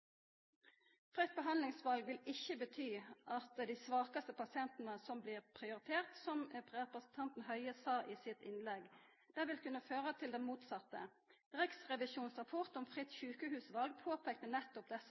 Fritt behandlingsval vil ikkje bety at det er dei svakaste pasientane som blir prioriterte, som representanten Høie sa i sitt innlegg. Det vil kunna føra til det motsette. Riksrevisjonens rapport om fritt sjukehusval påpeikte nettopp desse